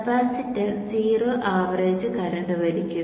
capacitor zero average current വലിക്കും